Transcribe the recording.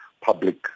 public